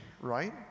right